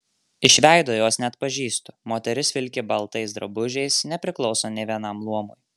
iš veido jos neatpažįstu moteris vilki baltais drabužiais nepriklauso nė vienam luomui